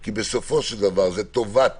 כי בסופו של דבר טובת